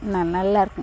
நல்லாயிருக்கும்